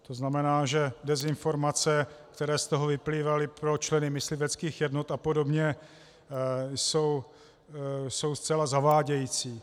To znamená, že dezinformace, které z toho vyplývaly pro členy mysliveckých jednot a podobně jsou zcela zavádějící.